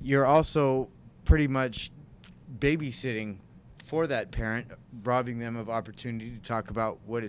you're also pretty much babysitting for that parent bribing them of opportunity to talk about what